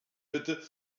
bitte